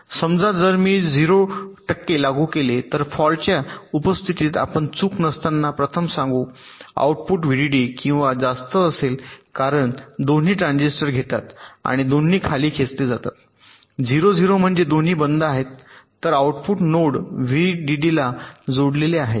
समजा जर मी 0 लागू केले तर फॉल्टच्या उपस्थितीत आपण चूक नसताना प्रथम सांगू आउटपुट व्हीडीडी किंवा जास्त असेल कारण दोन्ही ट्रान्झिस्टर घेतात आणि दोन्ही खाली खेचले जातात 0 0 म्हणजे दोन्ही बंद आहेत तर आउटपुट नोड व्हीडीडीला जोडलेले आहे